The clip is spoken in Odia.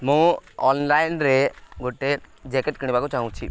ମୁଁ ଅନ୍ଲାଇନ୍ରେ ଗୋଟେ ଜ୍ୟାକେଟ୍ କିଣିବାକୁ ଚାହୁଁଛି